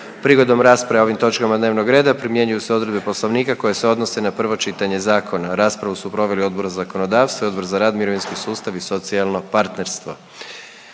Prigodom rasprave o ovim točkama dnevnog reda primjenjuju se odredbe Poslovnika koje se odnose na prvo čitanje zakona. Raspravu su proveli Odbor za zakonodavstvo i Odbor za rad, mirovinski sustav i socijalno partnerstvo.